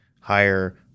higher